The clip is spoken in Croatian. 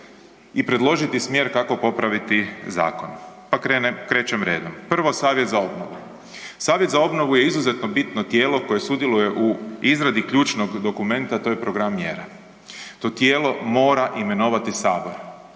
i predložiti smjer kako popraviti zakon. Pa krećem redom. Prvo, Savjet za obnovu. Savjet za obnovu je izuzetno bitno tijelo koje sudjeluje u izradi ključnog dokumenta, a to je program mjera. To tijelo mora imenovati Sabor.